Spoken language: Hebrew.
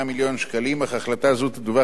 אך החלטה זאת תדווח לוועדת החוקה,